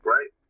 Right